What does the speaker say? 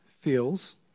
feels